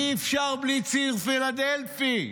שאי-אפשר בלי ציר פילדלפי,